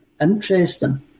Interesting